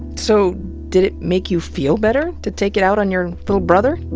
so did it make you feel better to take it out on your little brother?